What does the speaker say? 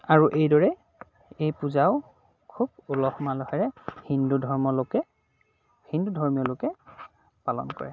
আৰু এইদৰে এই পূজাও খুব উলহ মালহেৰে হিন্দু ধৰ্মৰ লোকে পালন কৰে